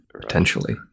potentially